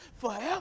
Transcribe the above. forever